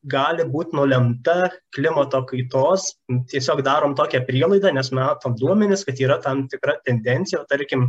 gali būt nulemta klimato kaitos tiesiog darom tokią prielaidą nes matom duomenis kad yra tam tikra tendencija tarkim